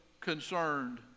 concerned